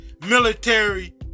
military